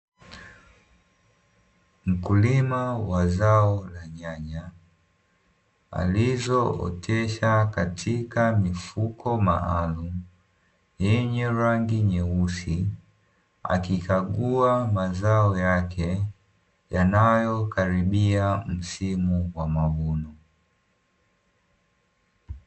Mkulima wa zao la nyanya alizootesha katika mifuko maalumu yenye rangi nyeusi, akikagua mazao yake yanayokaribia msimu wa mavuno.